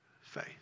faith